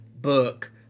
Book